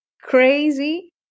crazy